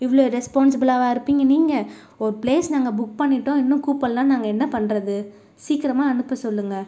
இவ்வளோ ரெஸ்பான்ஸிபிளாகவா இருப்பிங்க நீங்கள் ஒரு ப்ளேஸ் நாங்கள் புக் பண்ணிவிட்டோம் இன்னும் கூப்பிட்ல நாங்கள் என்ன பண்ணுறது சீக்கிரமா அனுப்ப சொல்லுங்கள்